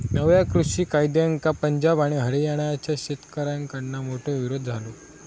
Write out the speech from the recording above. नव्या कृषि कायद्यांका पंजाब आणि हरयाणाच्या शेतकऱ्याकडना मोठो विरोध झालो